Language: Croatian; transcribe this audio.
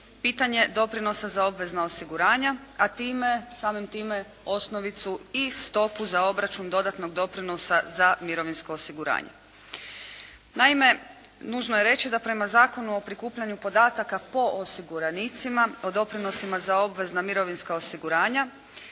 pitanje doprinosa za obvezna osiguranja a samim time osnovicu i stopu za obračun dodatnog doprinosa za mirovinsko osiguranje. Naime, nužno je reći da prema Zakonu o prikupljanju podataka po osiguranicima o doprinosima za obvezna mirovinska osiguranja